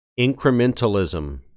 incrementalism